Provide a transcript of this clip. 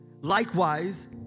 Likewise